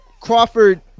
Crawford